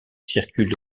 circulent